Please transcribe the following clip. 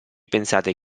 pensate